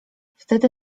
wtedy